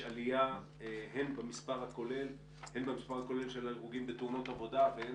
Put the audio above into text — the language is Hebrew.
יש עלייה הן במספר הכולל של ההרוגים בתאונות עבודה והן